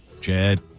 Chad